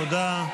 תודה.